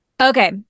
Okay